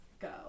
Go